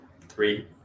three